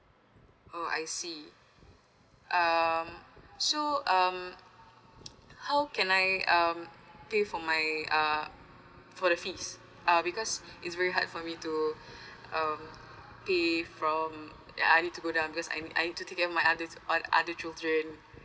oh I see um so um how can I um pay for my uh for the fees uh because it's very hard for me to um pay from ya I need to go down because I mean I need to take care of my other all other children